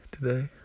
today